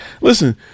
listen